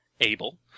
able